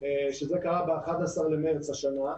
שזה קרה ב-11 במרס השנה,